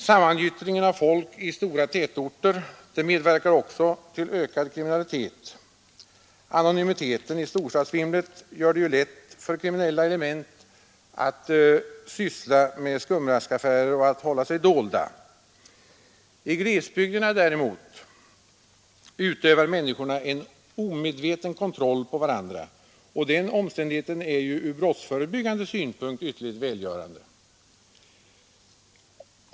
Sammangyttringen av folk i stora tätorter medverkar också till ökad kriminalitet. Anonymiteten i storstadsvimlet gör det lätt för kriminella element att syssla med skumraskaffärer och att hålla sig dolda. I glesbygderna däremot utövar människorna en omedveten kontroll på varandra, och den omständigheten är ju från brottsförebyggande synpunkt ytterligt välgörande.